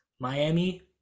Miami